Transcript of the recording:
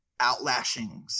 outlashings